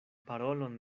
parolon